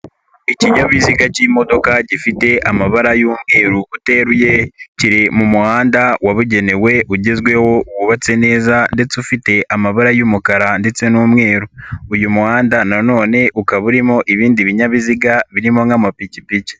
Ikinyabiziga k'imodoka gifite amabara y'umweru uteruye kiri mu muhanda wabugenewe ugezweho wubatse neza ndetse ufite amabara y'umukara ndetse n'umweru, uyu muhanda nanone ukaba urimo ibindi binyabiziga birimo nk'amapikipiki.